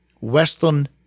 Western